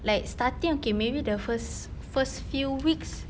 like starting okay maybe the first first few weeks